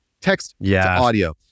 Text-to-audio